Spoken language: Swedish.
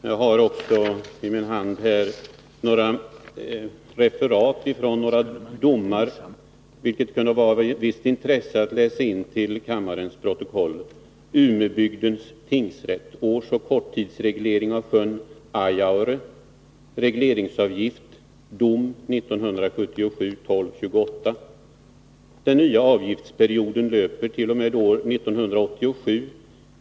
Jag har i min hand också ett referat av några domar, vilka det kunde vara av visst intresse att läsa in till kammarens protokoll: ”Den nya avgiftsperioden löper t.o.m. år 1987.